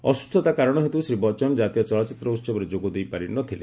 ଅସୁସ୍ଥତା କାରଣ ହେତୁ ଶ୍ରୀ ବଚ୍ଚନ ଜାତୀୟ ଚଳଚ୍ଚିତ୍ର ଉତ୍ସବରେ ଯୋଗଦେଇ ପାରି ନ ଥିଲେ